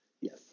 yes